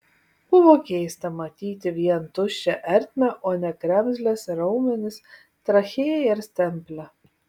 buvo keista matyti vien tuščią ertmę o ne kremzles ir raumenis trachėją ir stemplę